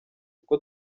kuko